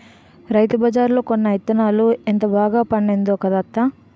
రైతుబజార్లో కొన్న యిత్తనాలతో ఎంత బాగా పండిందో కదా అత్తా?